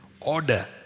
Order